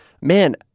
Man